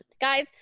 guys